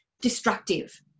destructive